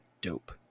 dope